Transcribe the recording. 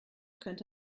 könnte